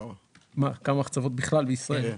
יש 24 מחצבות בישראל.